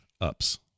ups